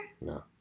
No